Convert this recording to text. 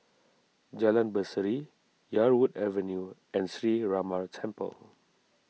Jalan Berseri Yarwood Avenue and Sree Ramar Temple